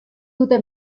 dute